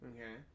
Okay